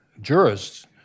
jurists